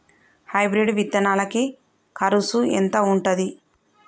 Hybrid విత్తనాలకి కరుసు ఎంత ఉంటది?